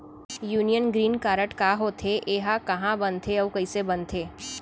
Union green card का होथे, एहा कहाँ बनथे अऊ कइसे बनथे?